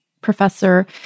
professor